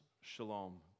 shalom